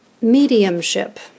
Mediumship